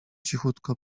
cichutko